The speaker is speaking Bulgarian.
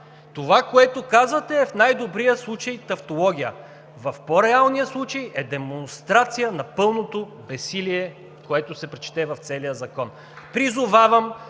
Това, което казвате, в най-добрия случай е тавтология – в по-реалния случай е демонстрация на пълното безсилие, което се чете в целия законопроект. Призовавам